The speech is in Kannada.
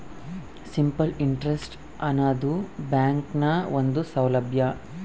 ಸಿಂಪಲ್ ಇಂಟ್ರೆಸ್ಟ್ ಆನದು ಬ್ಯಾಂಕ್ನ ಒಂದು ಸೌಲಬ್ಯಾ